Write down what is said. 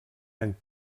any